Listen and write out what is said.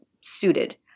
suited